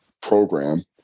program